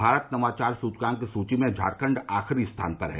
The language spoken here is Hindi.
भारत नवाचार सूचकांक सूची में झारखंड आखिरी स्थान पर है